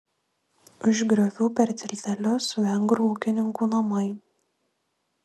už griovių per tiltelius vengrų ūkininkų namai